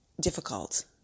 difficult